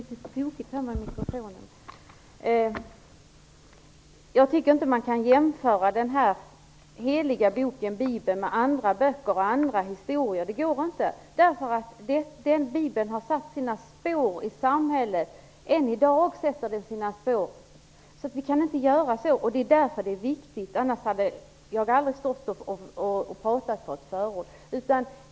Herr talman! Jag tycker inte att man kan jämföra heliga boken Bibeln med andra böcker och historieböcker. Det går inte därför att Bibeln har satt sina spår i samhället. Än i dag sätter den sina spår. Därför är det viktigt, annars skulle jag aldrig ha talat för ett förord.